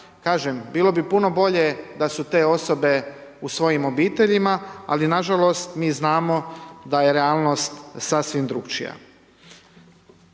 bilo bi puno bolje da su te osobe u svojim obiteljima, ali nažalost mi znamo da je realnost sasvim drukčija.